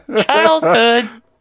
childhood